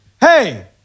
hey